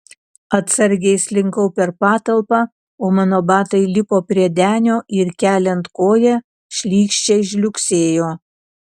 atsargiai slinkau per patalpą o mano batai lipo prie denio ir keliant koją šlykščiai žliugsėjo